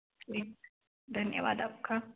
जी धन्यवाद आपका